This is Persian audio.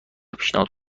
پیشنهاد